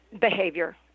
Behavior